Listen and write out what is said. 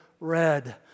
red